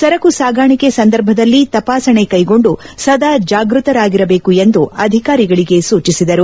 ಸರಕು ಸಾಗಾಣಿಕೆ ಸಂದರ್ಭದಲ್ಲಿ ತಪಾಸಣೆ ಕೈಗೊಂಡು ಸದಾ ಜಾಗ್ಬತರಾಗಿರಬೇಕು ಎಂದು ಅವರು ಅಧಿಕಾರಿಗಳಿಗೆ ಸೂಚಿಸಿದರು